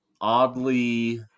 oddly